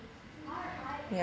yeah